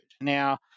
Now